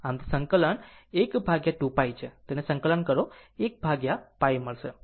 આમ તે સંકલન 1 ભાગ્યા 2π છે તેને સંકલન કરશે 1 upon π મળશે